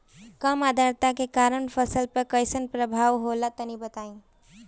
कम आद्रता के कारण फसल पर कैसन प्रभाव होला तनी बताई?